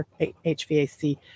hvac